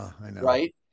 right